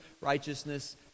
righteousness